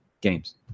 games